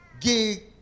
gig